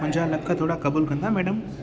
मुंहिंजा लख थोरा क़बूल कंदा मैडम